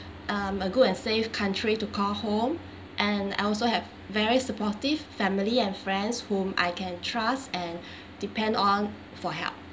um a good and safe country to call home and I also have very supportive family and friends whom I can trust and depend on for help